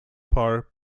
par